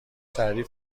تعریف